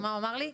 ומה הוא אמר לי?